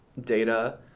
Data